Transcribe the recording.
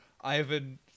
Ivan